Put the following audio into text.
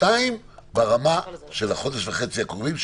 שתיים ברמה של החודש וחצי הקרובים,